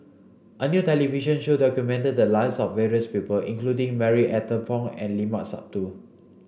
a new television show documented the lives of various people including Marie Ethel Bong and Limat Sabtu